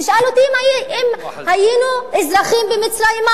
תשאל אותי אם היינו אזרחים במצרים,